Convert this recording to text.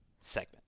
segment